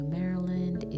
Maryland